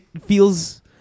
feels